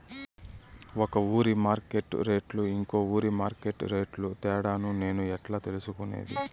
ఒక ఊరి మార్కెట్ రేట్లు ఇంకో ఊరి మార్కెట్ రేట్లు తేడాను నేను ఎట్లా తెలుసుకునేది?